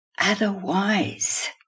otherwise